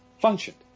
functioned